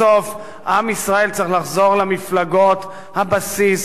בסוף עם ישראל צריך לחזור למפלגות הבסיס,